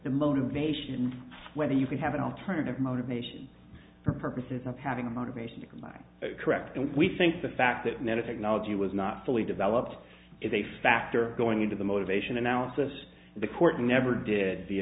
the motivation whether you could have an alternative motivation for purposes of having a motivation to combine correct and we think the fact that netta technology was not fully developed is a factor going into the motivation analysis the court never did the